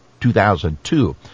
2002